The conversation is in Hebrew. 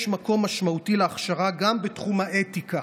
מקום משמעותי להכשרה גם בתחום האתיקה.